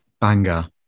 Banger